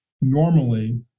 normally